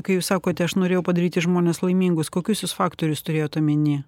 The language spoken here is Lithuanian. kai jūs sakote aš norėjau padaryti žmones laimingus kokius jūs faktorius turėjot omeny